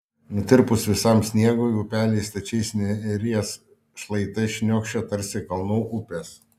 nutirpus visam sniegui upeliai stačiais neries šlaitais šniokščia tarsi kalnų upės